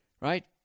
right